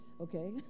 Okay